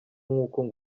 nk’uko